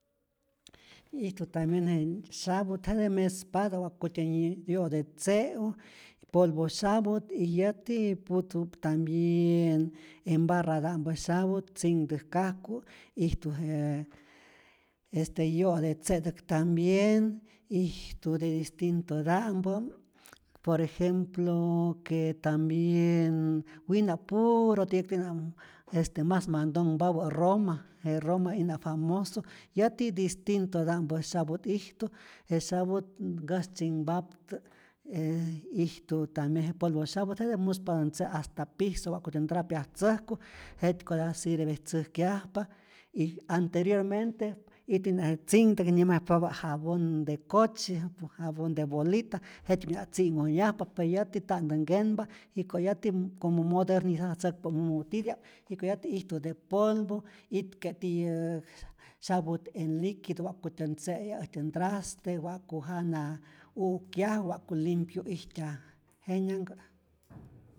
Ijtu tambien je syaput jete mespatä wa'kutyän yo'te tze'u, polvo syaput y yäti pujtu tambien en barrada'mpä syäput tzinhtäjkajku' ijtu je este yo'te tze'täk tambien, ijtu de distituta'mpä, por ejemplo que tambien wina' puro ti'ak'ijna este mas mantonhpapä roma, je roma'ijna famoso, yäti distintota'mpä syaput ijtu, je syapu't nkastzinhpaptä e ijtu tambien je polvo syaput, jete muspatä ntze' hasta piso, wa'kutä ntrapeatzäjku jetkyota sirvetzäjkyajpa, y anteriormente ijtu'ijna je tzinhtäk nyäjmayajpapä jabon de cochi, jabon de bolita jetji'nh tzi'nhoyajpa pe yäti ntatä nkenpa, jiko' yäti como modernizatzäkpä' mumu titya'p, jiko' yäti ijtu de polvo, itke' ti'yäk syaput en liquido wa'kutyä ntze'ya äjtyä ntraste, wa'ku jana u'kyaju, wa'ku limpyu ijtyaj, jenyanhkä'.